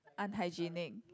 unhygenic